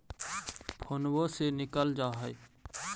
फोनवो से निकल जा है?